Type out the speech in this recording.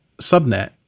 subnet